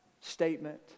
statement